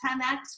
10X